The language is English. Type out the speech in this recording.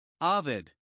Ovid